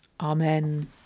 Amen